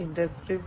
industry 4